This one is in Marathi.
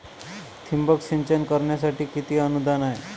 ठिबक सिंचन करण्यासाठी किती अनुदान आहे?